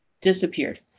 disappeared